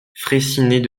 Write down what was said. fraissinet